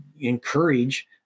encourage